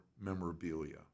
memorabilia